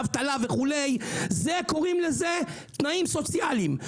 לאבטלה וכו' אלה עדיין תנאים סוציאליים.